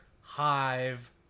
Hive